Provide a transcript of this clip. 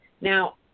Now